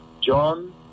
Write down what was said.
John